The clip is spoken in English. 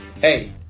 Hey